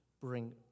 bring